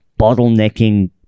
bottlenecking